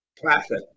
classic